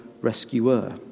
rescuer